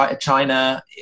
China